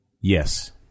Yes